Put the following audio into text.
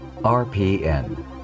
RPN